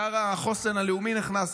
שר החוסן הלאומי נכנס,